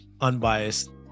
unbiased